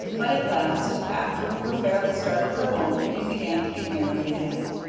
but at last, after we were fairly started for home, we began to be merry again.